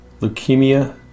leukemia